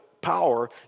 power